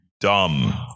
dumb